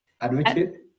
Advocate